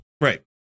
right